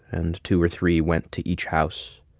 and two or three went to each house.